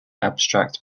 abstract